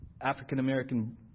African-American